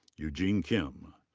eugene kim.